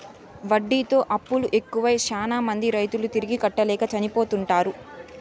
వడ్డీతో అప్పులు ఎక్కువై శ్యానా మంది రైతులు తిరిగి కట్టలేక చనిపోతుంటారు